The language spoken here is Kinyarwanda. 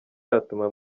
yatuma